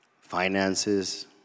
finances